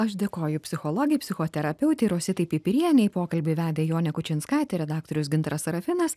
aš dėkoju psichologei psichoterapeutei rositai pipirienei pokalbį vedė jonė kučinskaitė redaktorius gintaras sarafinas